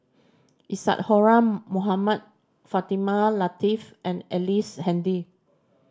Isadhora Mohamed Fatimah Lateef and Ellice Handy